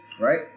Right